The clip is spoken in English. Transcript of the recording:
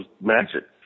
magic